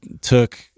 took